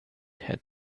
had